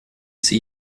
sie